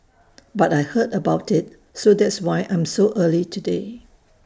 but I heard about IT so that's why I'm so early today